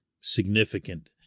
significant